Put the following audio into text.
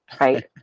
right